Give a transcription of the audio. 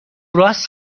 راست